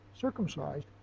circumcised